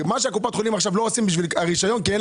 קופות החולים לא עושים בשביל הרשיון כי הם